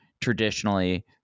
traditionally